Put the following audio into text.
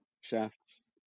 shafts